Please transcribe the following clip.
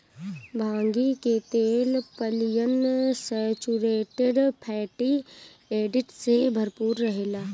भांगी के तेल पालियन सैचुरेटेड फैटी एसिड से भरपूर रहेला